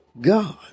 God